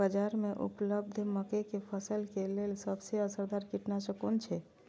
बाज़ार में उपलब्ध मके के फसल के लेल सबसे असरदार कीटनाशक कुन छै?